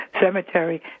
cemetery